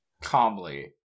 Calmly